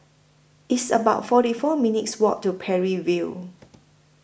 It's about forty four minutes' Walk to Parry View